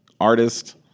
artist